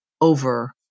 over